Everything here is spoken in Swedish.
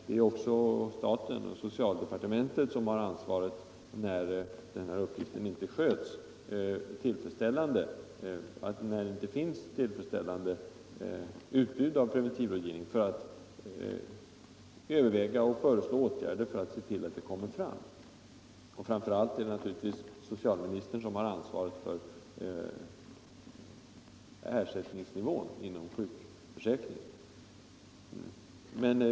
Det är också självklart att det är staten och socialdepartementet som bär ansvaret att — när det inte finns tillfredsställande utbud av preventivmedelsrådgivning — överväga och föreslå åtgärder och även se till att åtgärderna förverkligas. BI. a. är det naturligtvis socialministern som har ansvaret för ersättningsnivån inom sjukförsäkringen.